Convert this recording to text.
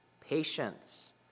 patience